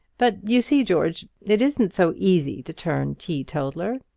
but, you see, george, it isn't so easy to turn teetotaller,